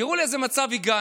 תראו לאיזה מצב הגענו.